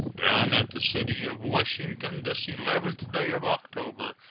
done at the city of washington, this eleventh day of october,